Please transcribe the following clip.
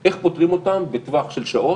איך פותרים אותם בטווח של שעות,